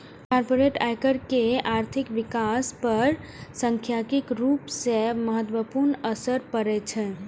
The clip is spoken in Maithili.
कॉरपोरेट आयकर के आर्थिक विकास पर सांख्यिकीय रूप सं महत्वपूर्ण असर पड़ै छै